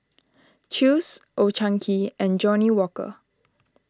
Chew's Old Chang Kee and Johnnie Walker